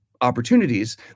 opportunities